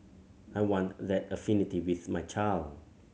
I want that affinity with my child